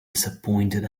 disappointed